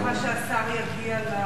אני מקווה שהשר יגיע.